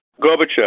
Gorbachev